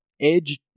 edge